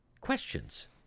questions